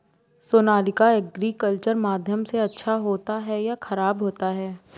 Sonalika agriculture माध्यम से अच्छा होता है या ख़राब होता है?